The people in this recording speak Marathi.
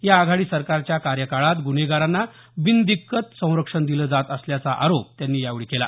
या आघाडी सरकारच्या कार्यकाळात गुन्हेगारांना बिनदिक्कत संरक्षण दिले जात असल्याचा आरोप त्यांनी यावेळी केला